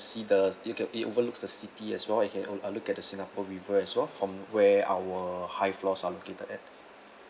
see the you can it overlook the city as well I can uh look at the singapore river as well from where our high floors are located at